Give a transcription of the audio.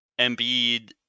Embiid